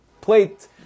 plate